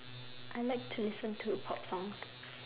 I like to listen to pop songs